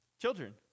children